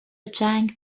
جنگ